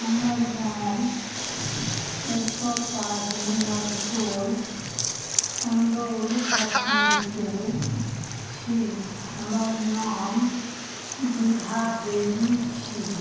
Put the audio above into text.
हमर गाम सरिसोपाही नवटोल पण्डौल प्रखण्डके छी हमर नाम विभादेवी छी